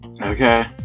Okay